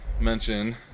mention